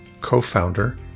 co-founder